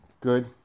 Good